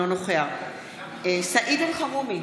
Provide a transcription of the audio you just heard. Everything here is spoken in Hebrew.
אינו נוכח סעיד אלחרומי,